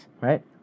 Right